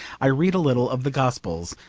i read a little of the gospels,